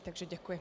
Takže děkuji.